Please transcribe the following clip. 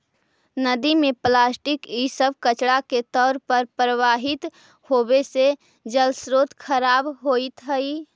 नदि में प्लास्टिक इ सब कचड़ा के तौर पर प्रवाहित होवे से जलस्रोत खराब होइत हई